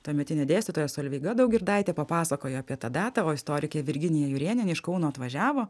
tuometinė dėstytoja solveiga daugirdaitė papasakojo apie tą datą o istorikė virginija jurėnienė iš kauno atvažiavo